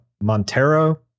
Montero